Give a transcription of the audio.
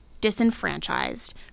disenfranchised